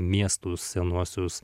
miestus senuosius